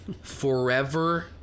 forever